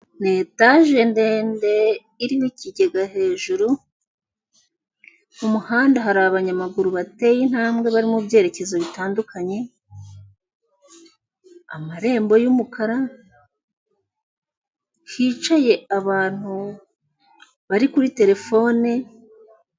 Etage ndende iriho ikigega hejuru, mu umuhanda hari abanyamaguru bateye intambwe bari mu byerekezo bitandukanye, amarembo yumukara, hicaye abantu bari kuri terefone.